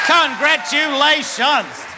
Congratulations